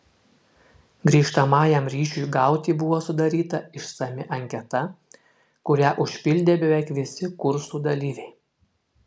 grįžtamajam ryšiui gauti buvo sudaryta išsami anketa kurią užpildė beveik visi kursų dalyviai